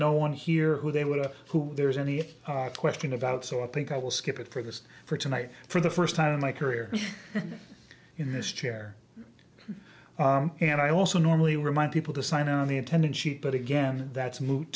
no one here who they would who there's any question about so i think i will skip it for this for tonight for the first time in my career in this chair and i also normally remind people to sign on the attendance sheet but again that's moot